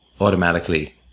automatically